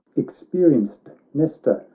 experienced nestor,